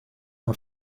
are